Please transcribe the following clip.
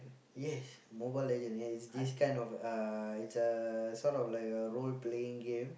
yes Mobile-Legends is this kind of uh it's a sort of like a role playing game